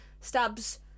stabs